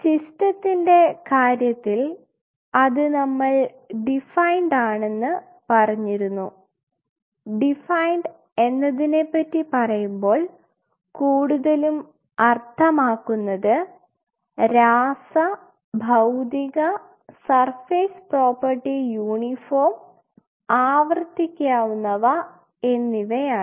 സിസ്റ്റത്തിൻറെ കാര്യത്തിൽ അത് നമ്മൾ ഡിഫൈൻഡ് ആണെന്ന് പറഞ്ഞിരുന്നു ഡിഫൈൻഡ് എന്നതിനെ പറ്റി പറയുമ്പോൾ കൂടുതലും അർത്ഥമാക്കുന്നത് രാസ ഭൌതിക സർഫേസ്സ് പ്രോപ്പർട്ടി യൂണിഫോം ആവർത്തിക്കാവുന്നവ എന്നിവയാണ്